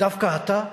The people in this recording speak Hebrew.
דווקא אתה?